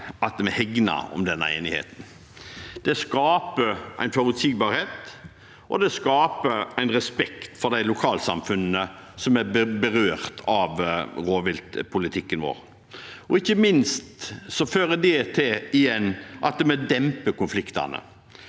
at vi hegner om denne enigheten. Det skaper en forutsigbarhet, og det skaper en respekt for de lokalsamfunnene som er berørt av rovviltpolitikken vår. Ikke minst fører det igjen til at vi demper konfliktene.